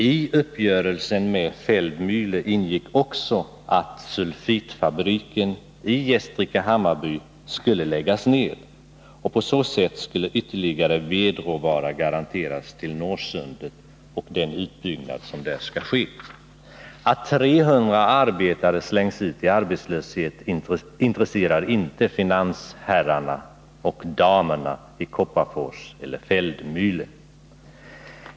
I uppgörelsen med Feldmänhle ingick också att sulfitfabriken i Gästrike Hammarby skulle läggas ner, och på så sätt skulle ytterligare vedråvara garanteras till Norrsundet och den utbyggnad som där skall ske. Att 300 arbetare slängs ut i arbetslöshet intresserar inte finansherrarna och damerna i Kopparfors eller Feldmänhle.